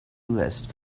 list